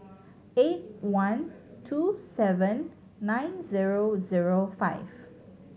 eight one two seven nine zero zero five